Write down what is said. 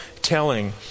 telling